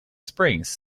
springs